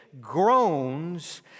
groans